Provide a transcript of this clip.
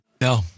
No